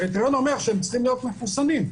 הקריטריון אומר שהם צריכים להיות מחוסנים,